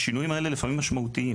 השינויים האלה לפעמים משמעותיים.